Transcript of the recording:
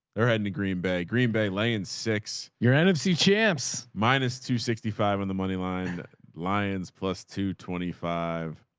they're heading to green bay, green bay lane, six you're nfc champs, minus two sixty five on the moneyline lions. plus two twenty five,